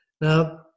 Now